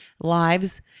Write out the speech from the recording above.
lives